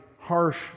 harsh